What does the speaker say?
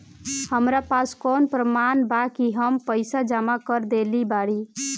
हमरा पास कौन प्रमाण बा कि हम पईसा जमा कर देली बारी?